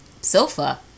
sofa